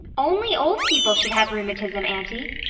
only old people should have rheumatism, aunty.